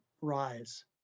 rise